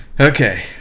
Okay